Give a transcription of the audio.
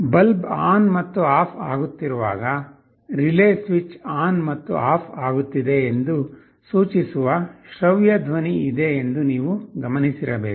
bulb on ಮತ್ತು off ಆಗುತ್ತಿರುವಾಗ relay switch on ಮತ್ತು ಆಫ್ ಆಗುತ್ತಿದೆ ಎಂದು ಸೂಚಿಸುವ ಶ್ರವ್ಯ ಧ್ವನಿ ಇದೆ ಎಂದು ನೀವು ಗಮನಿಸಿರಬೇಕು